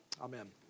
Amen